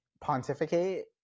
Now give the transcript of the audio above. Pontificate